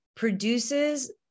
Produces